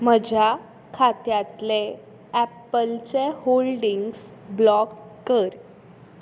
म्हज्या खात्यातले ऍपलचे होल्डिंग्स ब्लॉक कर